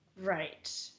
Right